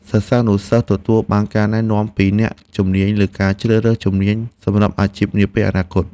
សិស្សានុសិស្សទទួលបានការណែនាំពីអ្នកជំនាញលើការជ្រើសរើសជំនាញសម្រាប់អាជីពនាពេលអនាគត។